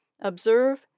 Observe